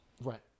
Right